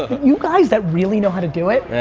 you guys that really know how to do it.